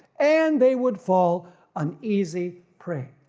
and they would fall an easy prey.